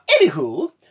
Anywho